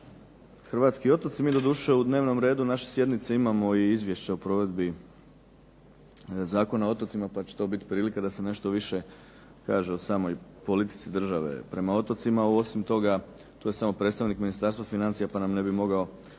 hrvatski otoci mi doduše u dnevnom redu naše sjednice imamo i izvješće o provedbi Zakona o otocima, pa će to biti prilika da se nešto više kaže o samoj politici države prema otocima. Osim toga, tu je samo predstavnik Ministarstva financija pa nam ne bi mogao